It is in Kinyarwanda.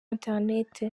internet